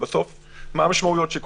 בסוף מה המשמעויות.